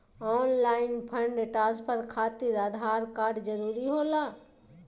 Online fund transfer खातिर Aadhaar card जरूरी होला?